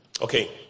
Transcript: Okay